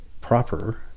proper